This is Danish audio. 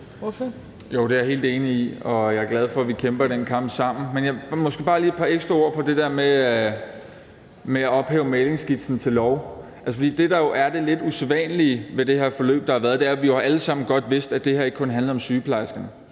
Jo, det er jeg helt enig i, og jeg er glad for, at vi kæmper den kamp sammen. Jeg vil måske bare lige sætte et par ekstra ord på det der med at ophøje mæglingsskitsen til lov. For det, der er det lidt usædvanlige ved det her forløb, der har været, er jo, at vi alle sammen godt har vidst, at det her ikke kun handlede om sygeplejerskerne.